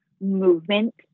movement